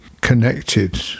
connected